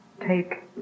take